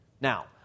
Now